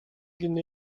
гэнэ